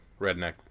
Redneck